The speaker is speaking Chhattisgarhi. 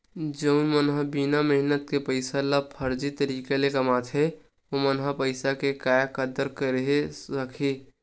जउन मन ह बिना मेहनत के पइसा ल फरजी तरीका ले कमाथे ओमन ह पइसा के काय कदर करे सकही